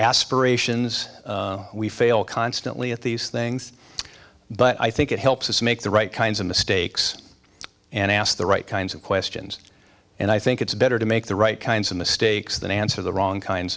aspirations we fail constantly at these things but i think it helps us make the right kinds of mistakes and ask the right kinds of questions and i think it's better to make the right kinds of mistakes than answer the wrong kinds